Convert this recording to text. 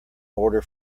order